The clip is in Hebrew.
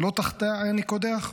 לא תחתיי אני קודח?